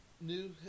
new